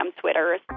Twitter